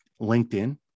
LinkedIn